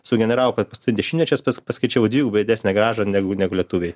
sugeneravo per paskutinį dešimtmečius pas paskaičiavau dvigubai didesnę grąžą negu negu lietuviai